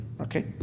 Okay